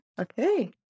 Okay